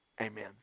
Amen